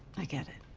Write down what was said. i get it.